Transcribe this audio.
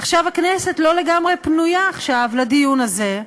עכשיו הכנסת לא לגמרי פנויה לדיון הזה,